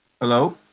Hello